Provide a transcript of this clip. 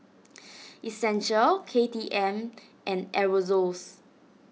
Essential K T M and Aerosoles